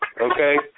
okay